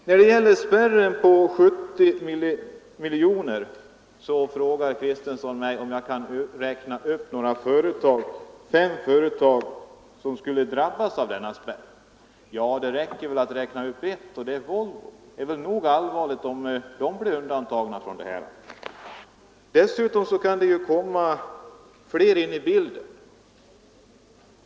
När det gäller spärren vid 70 miljoner kronor för årlig avsättning frågar herr Kristenson mig om jag kan räkna upp fem företag, som skulle drabbas av denna spärr. Ja, det räcker att räkna upp ett nämligen Volvo. Det är väl tillräckligt allvarligt om det företaget skall undantas från procentuell avsättning.